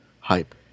hype